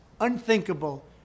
unthinkable